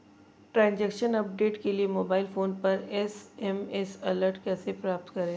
Transaction update के लिए mobile phone पर एस.एम.एस अलर्ट कैसे प्राप्त करें?